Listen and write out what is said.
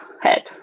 head